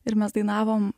ir mes dainavom